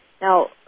Now